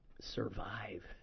survive